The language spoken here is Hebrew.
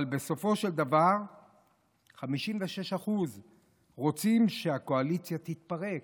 בסופו של דבר 56% רוצים שהקואליציה תתפרק.